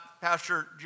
Pastor